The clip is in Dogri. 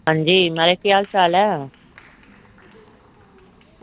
अंजी म्हाराज केह् हाल चाल ऐ